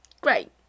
Great